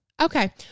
Okay